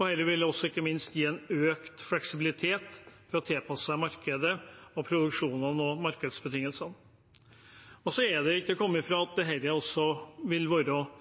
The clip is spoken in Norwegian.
Dette vil ikke minst gi en økt fleksibilitet for å tilpasse seg markedet, produksjonen og markedsbetingelsene. Det er ikke til å komme fra at dette også vil være